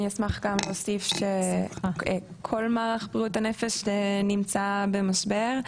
אני אשמח גם להוסיף שכל מערך בריאות הנפש נמצא במשבר.